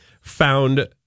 found